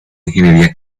ingeniería